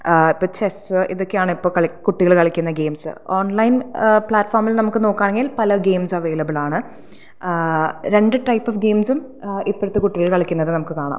ഇപ്പം ചെസ്സ് ഇതൊക്കെയാണ് ഇപ്പം കളി കുട്ടികള് കളിക്കുന്ന ഗെയിംസ് ഓൺലൈൻ പ്ലാറ്റ്ഫോർമിൽ നമുക്ക് നോക്കുകയാണെങ്കിൽ പല ഗെയിംസും അവൈലബിൾ ആണ് രണ്ട് ടൈപ്പ് ഓഫ് ഗെയിംസും ഇപ്പോഴത്തെ കുട്ടികള് കളിക്കുന്നത് നമുക്ക് കാണാം